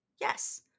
Yes